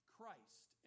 Christ